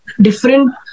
different